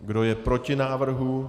Kdo je proti návrhu?